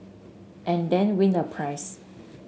and then win a prize